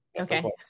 Okay